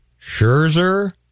Scherzer